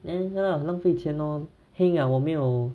then 真的很浪费钱 lor heng ah 我没有